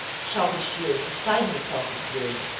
shouted shears beside himself with fury.